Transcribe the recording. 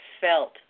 felt